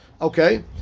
Okay